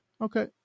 Okay